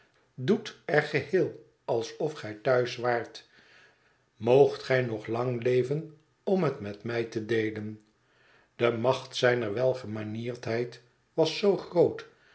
doet er geheel alsof gij thuis waart moogt gij nog lang leven om het met mij te deelen de macht zijner welgemanierdheid was zoo groot